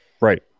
Right